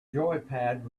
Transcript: joypad